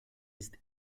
ist